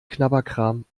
knabberkram